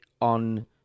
on